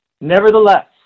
Nevertheless